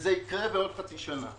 וזה יקרה עוד חצי שנה.